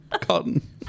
cotton